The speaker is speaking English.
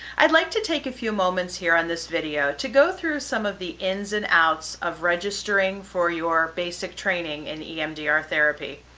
i'd like to take a few moments here on this video to go through some of the ins and outs of registering for your basic training in emdr therapy.